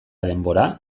denbora